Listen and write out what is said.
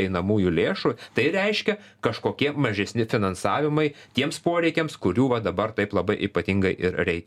einamųjų lėšų tai reiškia kažkokie mažesni finansavimai tiems poreikiams kurių va dabar taip labai ypatingai ir reikia